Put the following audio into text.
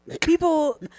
People